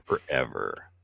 forever